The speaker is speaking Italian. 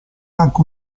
anche